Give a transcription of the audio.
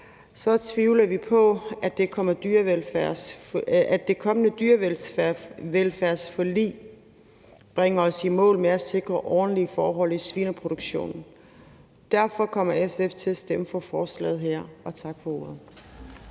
så tvivler vi på, at det kommende dyrvelfærdsforlig bringer os i mål med at sikre ordentlige forhold i svineproduktionen. Derfor kommer SF til at stemme for forslaget her, og tak for ordet.